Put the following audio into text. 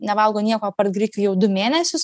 nevalgo nieko apart grikių jau du mėnesius